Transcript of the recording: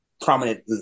prominent